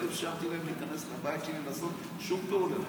לא אפשרתי להם להיכנס לבית שלי לעשות שום פעולה.